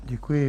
Děkuji.